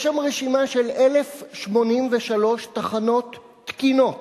יש שם רשימה של 1,083 "תחנות תקינות".